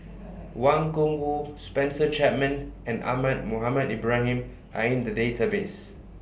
Wang Gungwu Spencer Chapman and Ahmad Mohamed Ibrahim Are in The Database